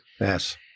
yes